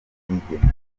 cy’ubwigenge